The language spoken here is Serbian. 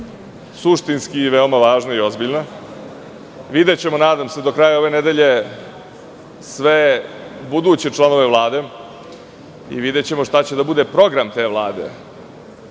suštinski veoma važna i ozbiljna. Videćemo nadam se do kraja ove nedelje sve buduće članove Vlade i videćemo šta će da bude program te Vlade,